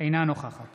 אינה נוכחת